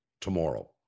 tomorrow